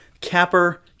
Capper